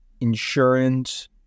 insurance